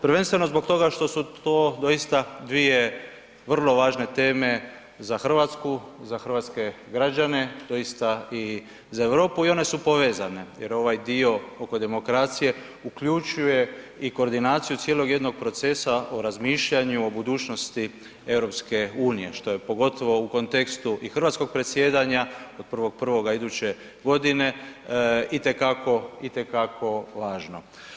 Prvenstveno zbog toga što su to doista dvije vrlo važne teme za Hrvatsku, za hrvatske građane, doista i za Europu i one su povezane jer ovaj dio oko demokracije uključuje i koordinaciju cijelog jednog procesa o razmišljanju o budućnosti EU, što je pogotovo u kontekstu i hrvatskog predsjedanja od 1.1. iduće godine itekako važno.